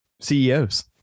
CEOs